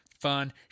fun